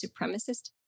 supremacist